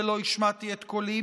ולא השמעתי את קולי,